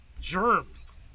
germs